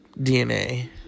DNA